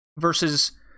versus